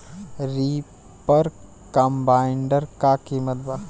Reaper combiner का किमत बा?